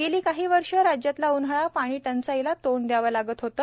गेली काही वर्ष राज्याला उन्हाळ्यात पाणीटंचाईला तोंड द्यावं लागत होतं